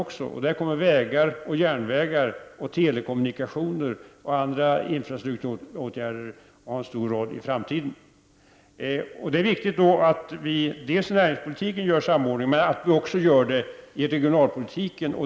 I detta sammanhang kommer vägar, järnvägar, telekommunikationer och andra infrastrukturåtgärder att ha en stor roll i framtiden. Det är viktigt att det bl.a. inom näringspolitiken sker en samordning. Men det är viktigt att detta även sker inom regionalpolitiken.